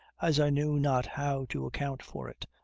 as i knew not how to account for it,